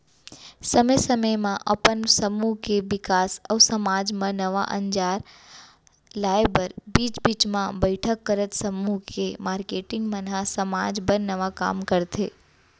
समे समे म अपन समूह के बिकास अउ समाज म नवा अंजार लाए बर बीच बीच म बइठक करत समूह के मारकेटिंग मन ह समाज बर नवा काम करथे